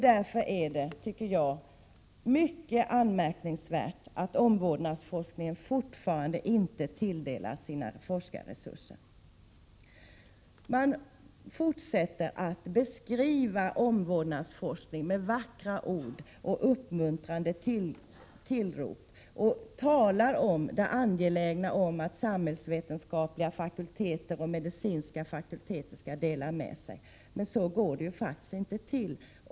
Därför tycker jag att det är mycket anmärkningsvärt att omvårdnadsforskningen fortfarande inte tilldelas sina forskarresurser. Man fortsätter att beskriva omvårdnadsforskningen med vackara ord och uppmuntrande tillrop och talar om det angelägna i att samhällsvetenskapliga och medicinska fakulteter skall dela med sig. Men så går det faktiskt inte till.